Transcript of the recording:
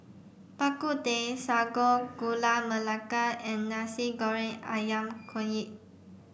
Bak Kut Teh Sago Gula Melaka and Nasi Goreng Ayam Kunyit